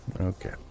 Okay